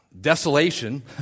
desolation